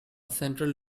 central